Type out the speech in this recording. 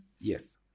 yes